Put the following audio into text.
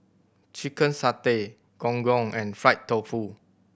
chicken satay Gong Gong and fried tofu